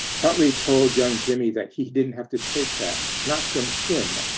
huntley told young jimmy that he didn't have to take that, not from him.